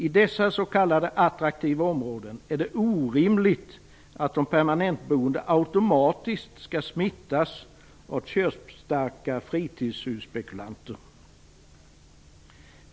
I dessa s.k. attraktiva områden är det orimligt att de permanentboende automatiskt skall smittas av köpstarka fritidshusspekulanter.